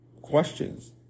questions